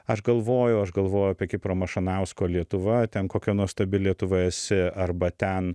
aš galvojau aš galvojau apie kipro mašanausko lietuva ten kokia nuostabi lietuva esi arba ten